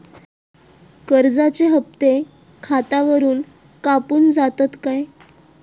कर्जाचे हप्ते खातावरून कापून जातत काय?